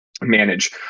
manage